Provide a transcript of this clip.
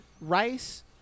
rice